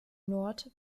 nord